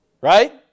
Right